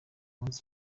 munsi